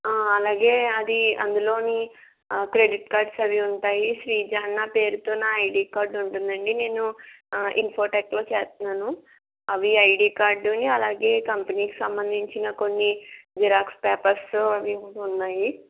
అలాగే అది అందులో క్రెడిట్ కార్డ్స్ అవి ఉంటాయి శ్రీజ నా పేరుతో నా ఐడీ కార్డు ఉంటుందండి నేను ఇన్ఫోటెక్లో చేస్తున్నాను అవి ఐడి కార్డుని అలాగే కంపెనీకి సంబంధించిన కొన్ని జిరాక్స్ పేపర్స్ అవి కూడా ఉన్నాయి